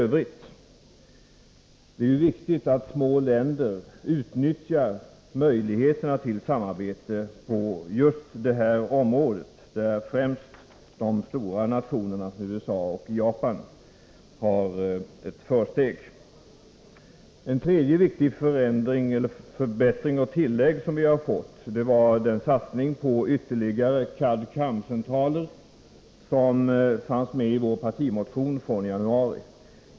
Det är viktigt att små länder utnyttjar möjligheterna till samarbete på just detta område, där främst de stora nationerna, USA och Japan, har ett försteg. För det tredje har vi fått en viktig förbättring genom den ytterligare satsning på CAD/CAM-centraler som vi föreslog i vår partimotion från januari.